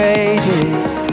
ages